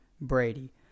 Brady